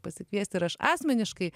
pasikviesti ir aš asmeniškai